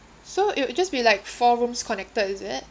so it will just be like four rooms connected is it